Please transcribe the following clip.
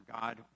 God